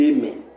Amen